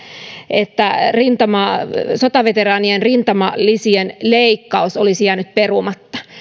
että sotaveteraanien rintamalisien leikkaus olisi jäänyt perumatta